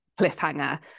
cliffhanger